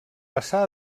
passà